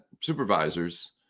supervisors